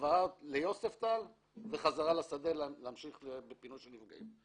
העברתו ליוספטל וחזרה לשדה כדי להמשיך בפינוי של נפגעים.